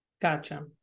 Gotcha